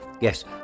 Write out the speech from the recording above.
Yes